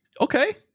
Okay